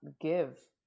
give